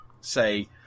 say